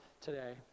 today